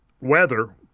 weather